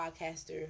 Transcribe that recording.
podcaster